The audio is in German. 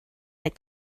der